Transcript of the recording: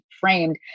framed